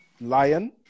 lion